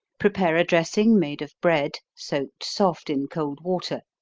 prepare a dressing made of bread, soaked soft in cold water,